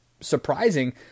surprising